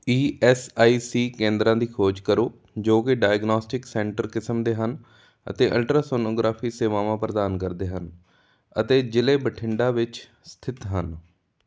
E S I C ਕੇਂਦਰਾਂ ਦੀ ਖੋਜ ਕਰੋ ਜੋ ਕਿ ਡਾਇਗਨੌਸਟਿਕਸ ਸੈਂਟਰ ਕਿਸਮ ਦੇ ਹਨ ਅਤੇ ਅਲਟਰਾਸੋਨੋਗ੍ਰਾਫੀ ਸੇਵਾਵਾਂ ਪ੍ਰਦਾਨ ਕਰਦੇ ਹਨ ਅਤੇ ਜ਼ਿਲ੍ਹੇ ਬਠਿੰਡਾ ਵਿੱਚ ਸਥਿਤ ਹਨ